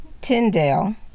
Tyndale